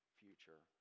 future